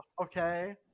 okay